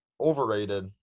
overrated